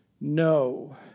No